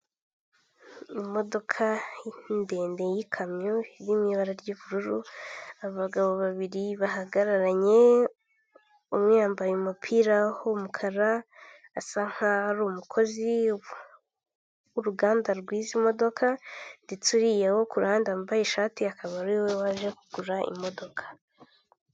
Umuhanda urimo imodoka zitari nyinshi iy'umutuku inyuma, imbere hari izindi n'amamoto hepfo tukabona urukamyo runini cyane bisa nk'aho ari rwarundi ruterura izindi, mu muhanda tukabonamo icyapa kiriho umweru tukabonamo amapoto rwose y'amatara amurikira umuhanda.